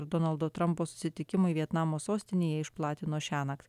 donaldo trampo susitikimui vietnamo sostinėje išplatino šiąnakt